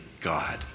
God